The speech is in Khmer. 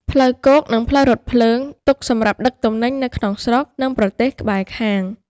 ផ្លូវគោក និងផ្លូវរថភ្លើងទុកសម្រាប់ដឹកទំនិញនៅក្នុងស្រុក និងប្រទេសក្បែរខាង។